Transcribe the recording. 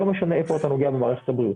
לא משנה איפה אתה נוגע במערכת הבריאות.